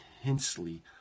intensely